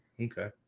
Okay